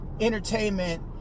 entertainment